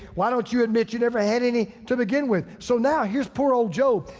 why don't you admit you never had any to begin with? so now here's poor old job.